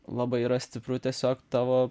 labai yra stipru tiesiog tavo